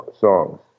songs